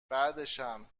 بعدشم